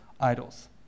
idols